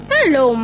Hello